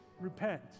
repent